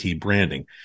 branding